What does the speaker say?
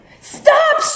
Stop